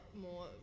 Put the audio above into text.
more